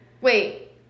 wait